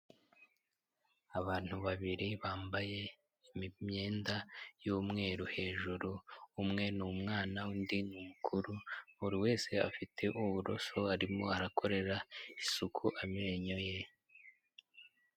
Abantu babiri bambaye imyenda y'umweru hejuru umwe n'umwana undi ni mukuru buri wese afite uburoso arimo arakorera isuku amenyo ye.